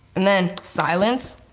and then silence.